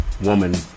woman